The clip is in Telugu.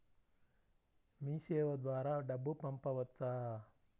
మీసేవ ద్వారా డబ్బు పంపవచ్చా?